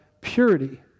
purity